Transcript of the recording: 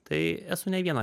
tai esu ne vieną